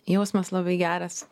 jausmas labai geras